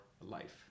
life